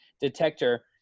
detector